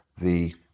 the-